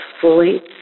fully